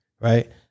right